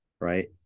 Right